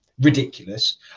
Ridiculous